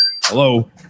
Hello